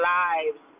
lives